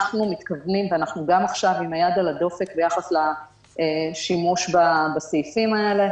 אנחנו גם עכשיו עם היד על הדופק ביחס לשימוש בסעיפים האלה